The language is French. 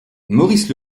maurice